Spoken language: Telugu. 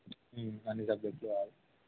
అన్ని సబ్జక్ట్టులో ఆ